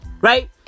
Right